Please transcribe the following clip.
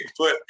Bigfoot